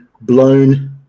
blown